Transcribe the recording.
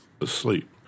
asleep